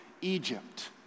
Egypt